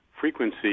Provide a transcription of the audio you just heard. frequency